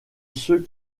ceux